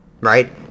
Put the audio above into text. Right